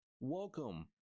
Welcome